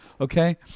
okay